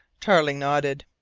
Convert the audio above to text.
tarling nodded.